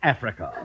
Africa